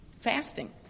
fasting